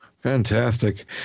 Fantastic